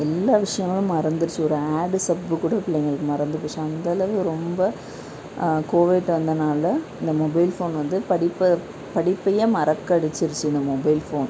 எல்லா விஷயங்களும் மறந்துடுச்சு ஒரு ஆடு சப்பு கூட பிள்ளைங்களுக்கு மறந்து போச்சு அந்தளவு ரொம்ப கோவிட் வந்ததனால இந்த மொபைல் ஃபோன் வந்து படிப்ப படிப்பையே மறக்கடிச்சிருச்சு இந்த மொபைல் ஃபோன்